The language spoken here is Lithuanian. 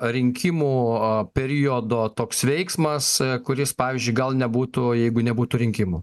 rinkimų periodo toks veiksmas kuris pavyzdžiui gal nebūtų jeigu nebūtų rinkimų